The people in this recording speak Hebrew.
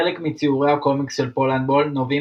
חלק מציורי הקומיקס של פולנדבול נובעים